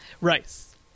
Rice